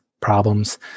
problems